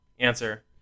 answer